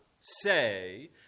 say